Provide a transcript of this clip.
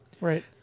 right